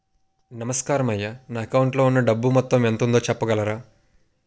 నమస్కారం అయ్యా నా అకౌంట్ లో ఉన్నా డబ్బు మొత్తం ఎంత ఉందో చెప్పగలరా?